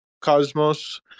Cosmos